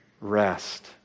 rest